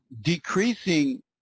decreasing